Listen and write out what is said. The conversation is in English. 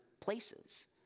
places